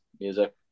music